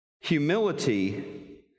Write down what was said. Humility